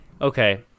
Okay